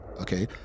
okay